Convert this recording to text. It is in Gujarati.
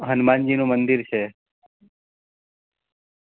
હનુમાનજીનું મંદિર છે